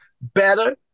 better